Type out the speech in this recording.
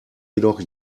jedoch